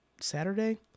saturday